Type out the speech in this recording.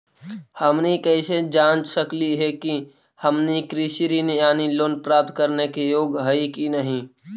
हमनी कैसे जांच सकली हे कि हमनी कृषि ऋण यानी लोन प्राप्त करने के योग्य हई कि नहीं?